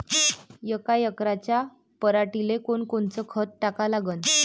यका एकराच्या पराटीले कोनकोनचं खत टाका लागन?